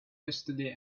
yesterday